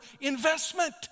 investment